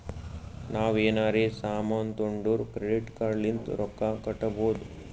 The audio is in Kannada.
ನಾವ್ ಎನಾರೇ ಸಾಮಾನ್ ತೊಂಡುರ್ ಕ್ರೆಡಿಟ್ ಕಾರ್ಡ್ ಲಿಂತ್ ರೊಕ್ಕಾ ಕಟ್ಟಬೋದ್